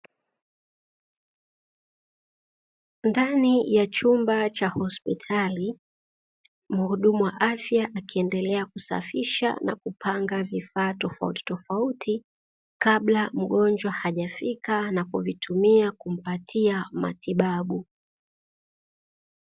Ndani ya chumba cha hospitali muhudumu wa afya akiendelea kusafisha na kupanga vifaa tofauti tofauti, kabla mgonjwa hajafika na kuvitumia kumpatia matibabu.